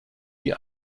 die